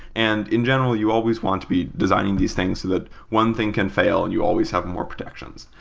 and in general, you always want to be designing these things so that one thing can fail and you always have more protections.